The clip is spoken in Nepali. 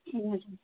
ए हजुर